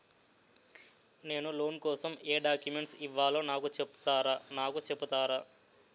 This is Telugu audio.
నేను లోన్ కోసం ఎం డాక్యుమెంట్స్ ఇవ్వాలో నాకు చెపుతారా నాకు చెపుతారా?